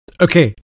Okay